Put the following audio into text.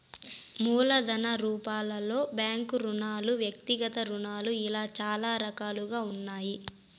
మూలధన రూపాలలో బ్యాంకు రుణాలు వ్యక్తిగత రుణాలు ఇలా చాలా రకాలుగా ఉన్నాయి